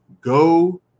go